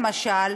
למשל,